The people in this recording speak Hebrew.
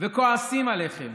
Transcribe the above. וכועסים עליכם